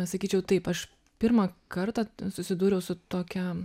sakyčiau taip aš pirmą kartą susidūriau su tokia